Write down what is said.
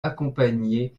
accompagner